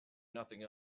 nothing